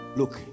look